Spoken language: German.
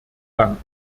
danken